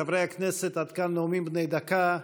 חברי הכנסת, עד כאן נאומים בני דקה.